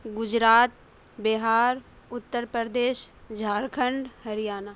Gujarat Bihar Uttar Pradesh Jharkhand Haryana